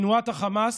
תנועת החמאס,